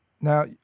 Now